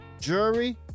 jury